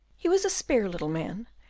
he was a spare little man,